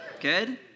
Good